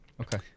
okay